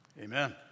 amen